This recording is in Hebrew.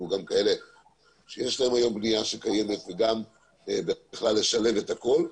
וגם כאלה שיש להם בנייה קיימת וגם בכלל לשלב את הכול.